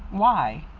why?